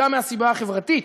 גם מהסיבה החברתית.